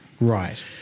Right